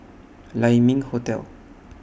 Lai Ming Hotel